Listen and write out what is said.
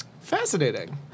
Fascinating